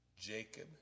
Jacob